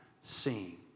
seeing